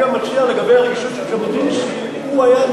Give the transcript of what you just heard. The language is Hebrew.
אני גם